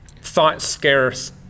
thought-scarce